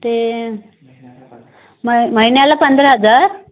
ते मही महिन्याला पंधरा हजार